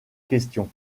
question